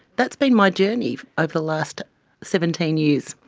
that's been my journey over the last seventeen years.